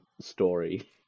story